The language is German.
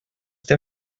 der